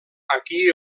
aquí